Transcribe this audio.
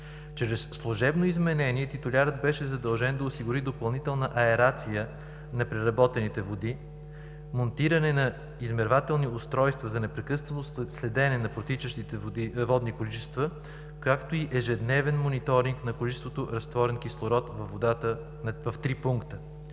Чрез служебно изменение титулярът беше задължен да осигури допълнителна аерация на преработените води, монтиране на измервателни устройства за непрекъснато следене на протичащите водни количества, както и ежедневен Мониторинг на количеството разтворен кислород във водата в три пункта.